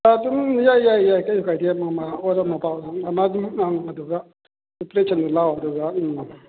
ꯑꯗꯨꯝ ꯌꯥꯏ ꯌꯥꯏ ꯌꯥꯏ ꯀꯩꯁꯨ ꯀꯥꯏꯗꯦ ꯃꯃꯥ ꯑꯣꯔ ꯃꯄꯥ ꯑꯗꯨꯒ ꯑꯦꯄ꯭ꯂꯤꯀꯦꯁꯟ ꯏꯔ ꯂꯥꯛꯑꯣ ꯑꯗꯨꯒ ꯎꯝ